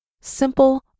simple